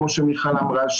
כמו שמיכל אמרה,